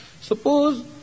Suppose